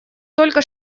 только